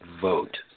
vote